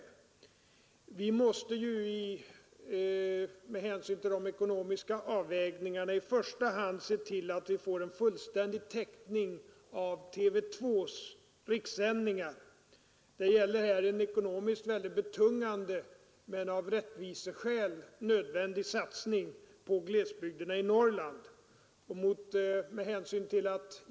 4 december 1972 Vi måste ju med hänsyn till de ekonomiska avvägningarna i första handse —L ——— till:att vi får en fullständig täckning av TV-2:s rikssändningar, Det gäller, Om intättande:av en ekonomiskt mycket betungande men av rättviseskäl nödvändig sm Nordens kul satsning på glesbygderna i Norrland.